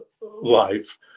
life